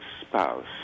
spouse